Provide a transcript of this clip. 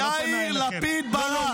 רבותיי.